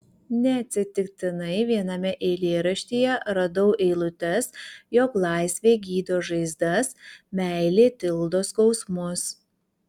neatsitiktinai viename eilėraštyje radau eilutes jog laisvė gydo žaizdas meilė tildo skausmus